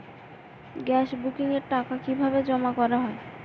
Gas বুকিংয়ের টাকা কিভাবে জমা করা হয়?